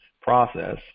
process